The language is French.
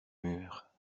mûres